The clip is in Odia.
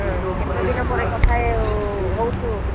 କେତେଦିନ ପରେ କଥା ହଉଛୁ